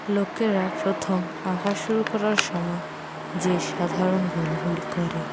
লোকেরা প্রথম আঁকা শুরু করার সময় যে সাধারণ ভুলগুলি করে